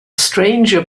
stranger